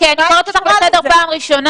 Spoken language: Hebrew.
אוקיי, אני קוראת אותך לסדר פעם ראשונה.